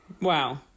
Wow